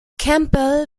campbell